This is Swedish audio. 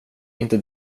inte